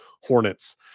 Hornets